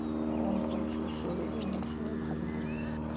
কোন কোন শস্য রবি মরশুমে ভালো হয়?